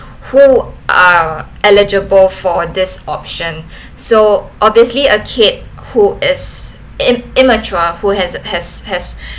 who are eligible for this option so obviously a kid who is im~ immature who has has has